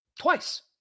twice